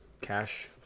cash